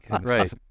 Right